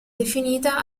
definita